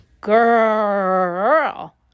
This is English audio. girl